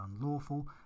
Unlawful